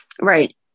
right